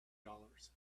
dollars